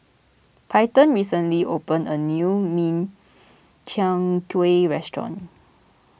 Peyton recently opened a new Min Chiang Kueh restaurant